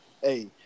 hey